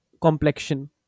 complexion